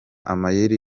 amayeri